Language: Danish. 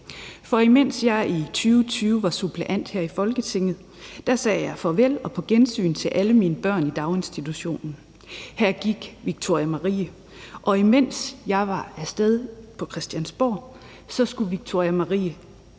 For da jeg i 2020 var suppleant her i Folketinget, sagde jeg farvel og på gensyn til alle mine børn i daginstitutionen. Her gik Victoria Marie, og imens jeg var af sted på Christiansborg, skulle Victoria Marie